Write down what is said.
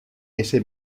ese